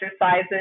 exercises